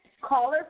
Caller